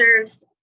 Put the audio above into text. serves